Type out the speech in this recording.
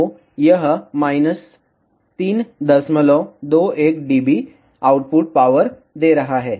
तो यह 321 dB output power दे रहा है